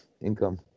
income